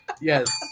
Yes